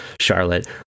Charlotte